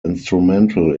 instrumental